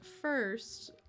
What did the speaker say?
First